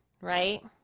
Right